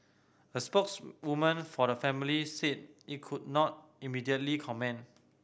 a spokeswoman for the family said it could not immediately comment